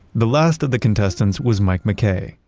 the last of the contestants was mike mackay.